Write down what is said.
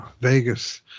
vegas